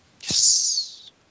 Yes